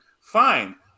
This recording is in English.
Fine